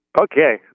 Okay